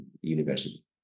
university